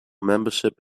membership